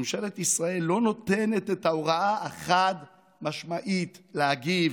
ממשלת ישראל לא נותנת את ההוראה החד-משמעית להגיב,